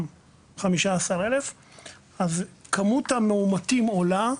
אז כמות המאומתים עולה,